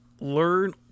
learn